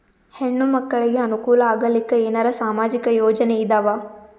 ಹೆಣ್ಣು ಮಕ್ಕಳಿಗೆ ಅನುಕೂಲ ಆಗಲಿಕ್ಕ ಏನರ ಸಾಮಾಜಿಕ ಯೋಜನೆ ಇದಾವ?